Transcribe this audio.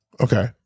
Okay